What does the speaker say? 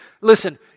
Listen